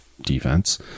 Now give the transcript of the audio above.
defense